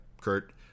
Kurt